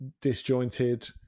disjointed